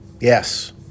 Yes